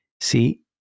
See